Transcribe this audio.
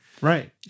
Right